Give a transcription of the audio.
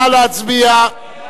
נא להצביע.